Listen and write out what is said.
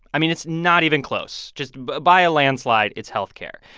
i mean, it's not even close. just by a landslide, it's health care.